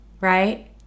right